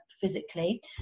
physically